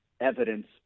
evidence